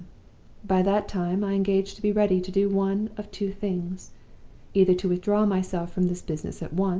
by that time i engage to be ready to do one of two things either to withdraw myself from this business at once,